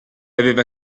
aveva